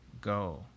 go